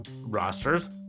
rosters